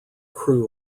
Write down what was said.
crew